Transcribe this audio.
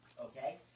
Okay